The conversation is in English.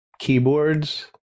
keyboards